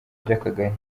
by’akagari